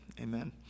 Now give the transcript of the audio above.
Amen